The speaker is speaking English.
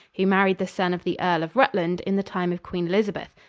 who married the son of the earl of rutland in the time of queen elizabeth,